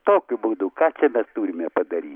tokiu būdu ką čia mes turime padaryti